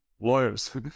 lawyers